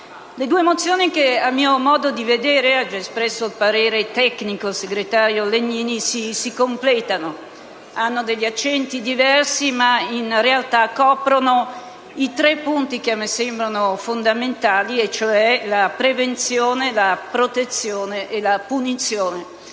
Queste ultime, a mio modo di vedere (nel merito ha già espresso il parere tecnico il sottosegretario Legnini), si completano; hanno accenti diversi, ma in realtà coprono i tre punti che a me sembrano fondamentali, cioè la prevenzione, la protezione e la punizione.